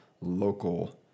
local